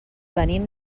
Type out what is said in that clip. venim